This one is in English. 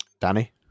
Danny